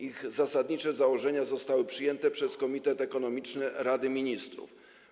Ich zasadnicze założenia zostały przyjęte przez Komitet Ekonomiczny Rady Ministrów.